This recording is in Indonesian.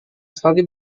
sekali